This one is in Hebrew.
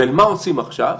ומה עושים עכשיו?